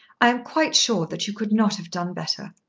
i am quite sure that you could not have done better.